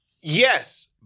Yes